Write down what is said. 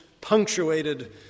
punctuated